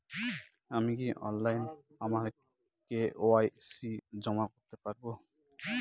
আমি কি অনলাইন আমার কে.ওয়াই.সি জমা করতে পারব?